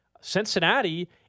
Cincinnati